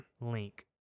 Link